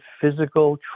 physical